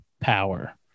power